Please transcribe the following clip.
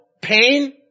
pain